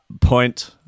point